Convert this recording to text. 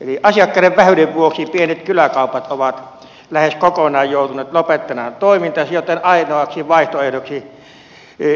eli asiakkaiden vähyyden vuoksi pienet kyläkaupat ovat lähes kokonaan joutuneet lopettamaan toimintansa joten ainoaksi vaihtoehdoksi